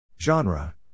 Genre